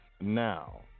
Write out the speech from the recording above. now